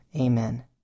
Amen